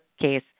case